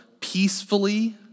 peacefully